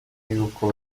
y’uko